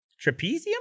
Trapezium